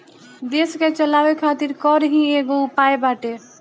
देस के चलावे खातिर कर ही एगो उपाय बाटे